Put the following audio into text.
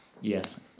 Yes